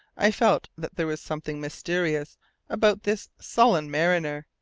i felt that there was something mysterious about this sullen mariner,